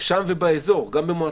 אחרים ולכן היא אי,